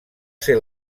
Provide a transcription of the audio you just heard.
ser